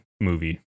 movie